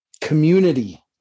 community